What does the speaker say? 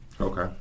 Okay